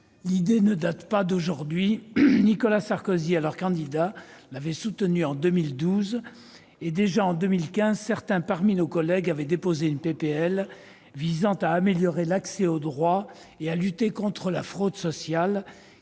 l'idée ne date pas d'aujourd'hui. Nicolas Sarkozy, alors candidat, l'avait soutenue en 2012 ; puis, dès 2015, certains de nos collègues avaient déposé une proposition de loi visant à améliorer l'accès aux droits et à lutter contre la fraude sociale,